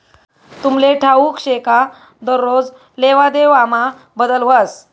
तुमले ठाऊक शे का दरोज लेवादेवामा बदल व्हस